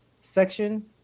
section